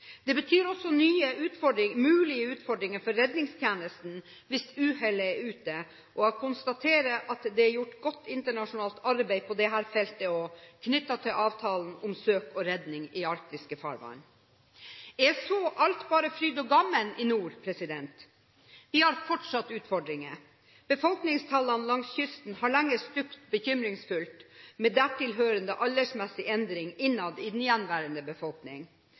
Det betyr også nye mulige utfordringer for redningstjenesten hvis uhellet er ute. Jeg konstaterer at det er gjort godt, internasjonalt arbeid på dette feltet knyttet til avtalen om søk og redning i arktiske farvann. Er da alt bare fryd og gammen i nord? Vi har fortsatt utfordringer. Befolkningstallene langs kysten har lenge stupt bekymringsfullt, med dertil hørende aldersmessig endring innad i den gjenværende befolkning.